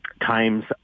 times